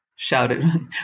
shouted